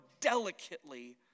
delicately